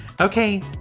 Okay